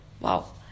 Wow